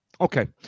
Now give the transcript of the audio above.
Okay